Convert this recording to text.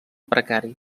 precari